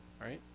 right